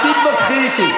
ישבתי, בשקט, אל תתווכחי איתי.